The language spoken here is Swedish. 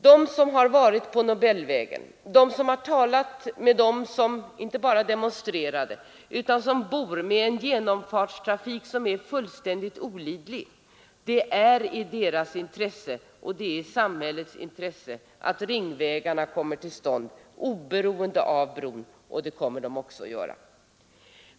Den som har varit på Nobelvägen och talat med, inte bara dem som demonstrerade i frågan, utan också med dem som bara bor där, vid en väg med en genomfartstrafik som är fullständigt orimlig, vet att det ligger i de människornas intresse och i samhällets intresse att ringvägarna kommer till stånd oberoende av bron. Så kommer också att ske.